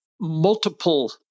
Multiple